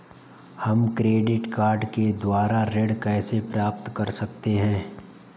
हम credit card के द्वारा ऋण कैसे प्राप्त कर सकते हैं?